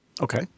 Okay